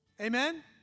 Amen